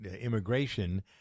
immigration